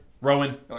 Rowan